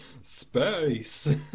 space